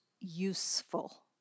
useful